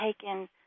taken